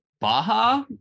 Baja